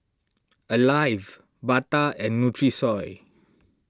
Alive Bata and Nutrisoy